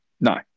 No